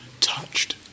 touched